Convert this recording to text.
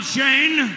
Shane